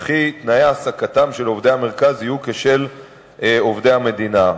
וכי תנאי העסקתם של עובדי המרכז יהיו כשל עובדי המדינה.